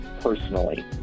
personally